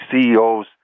CEOs